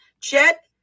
Chet